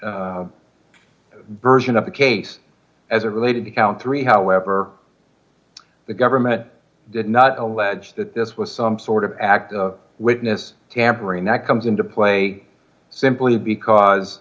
their version of the case as it related to count three however the government did not allege that this was some sort of act of witness tampering that comes into play simply because